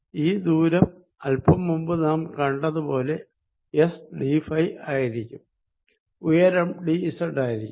ഈ ദൂരം അൽപ്പം മുൻപ് നാം കണ്ടതുപോലെ എസ് ഡിഫൈ ആയിരിക്കും ഉയരം ഡിസെഡ് ആയിരിക്കും